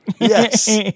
Yes